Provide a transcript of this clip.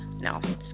no